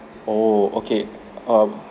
oh okay um